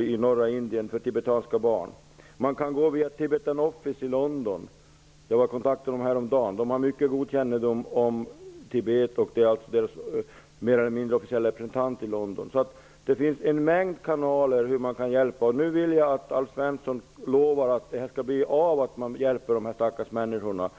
i norra Indien för tibetanska barn. Man kan gå via Tibetan Office i London. Jag var i kontakt med den organisationen häromdagen. Den har mycket god kännedom om Tibet och är Tibets mer eller mindre officiella representant i London. Det finns alltså en mängd kanaler. Nu vill jag att Alf Svensson lovar att det blir av att man hjälper dessa stackars människor.